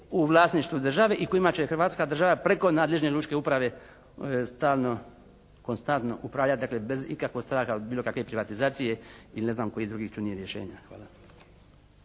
u vlasništvu države i kojima će hrvatska država preko nadležne lučke uprave stalno upravljati, dakle bez ikakvog straha od bilo kakve privatizacije ili ne znam kojih drugih čudnih rješenja. Hvala.